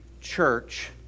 church